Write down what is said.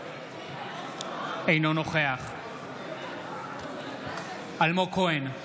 אינו נוכח אלמוג כהן,